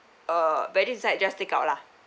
uh veggies inside just take out lah